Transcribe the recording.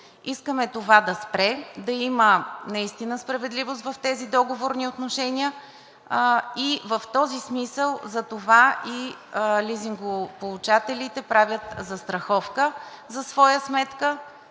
искаме това да спре, да има наистина справедливост в тези договорни отношения и в този смисъл затова и лизингополучателите правят застраховка за своя сметка,